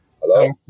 Hello